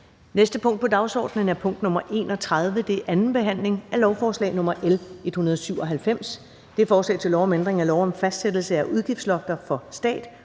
næste punkt på dagsordenen er: 31) 2. behandling af lovforslag nr. L 197: Forslag til lov om ændring af lov om fastsættelse af udgiftslofter for stat,